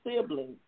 siblings